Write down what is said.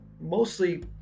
mostly